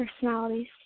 personalities